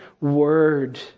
Word